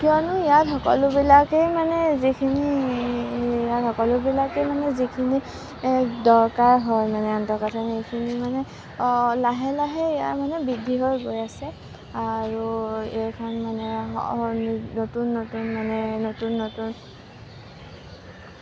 কিয়নো ইয়াত সকলোবিলাকেই মানে যিখিনি ইয়াত সকলো বিলাকেই মানে যিখিনি দৰকাৰ হয় মানে আন্তঃগাঠনি সেইখিনি মানে লাহে লাহে সেয়া মানে বৃদ্ধি হৈ গৈ আছে আৰু এইখন মানে নতুন নতুন মানে নতুন নতুন